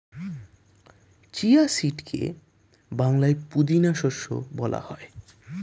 chia সিডকে বাংলায় পুদিনা শস্য বলা হয়